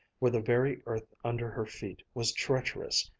where the very earth under her feet was treacherous,